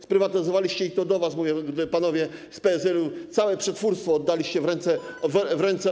Sprywatyzowaliście - do was to mówię, panowie z PSL-u - całe przetwórstwo, oddaliście w obce ręce.